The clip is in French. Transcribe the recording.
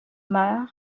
meurt